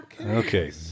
Okay